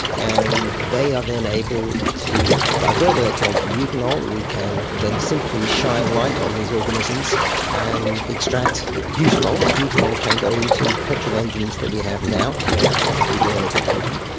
and they are then able to divert electrons to butanol. we can then simply shine light on these organisms and extract butanol. butanol can go into petrol engines that we have now, you don't actually have to do anything to them,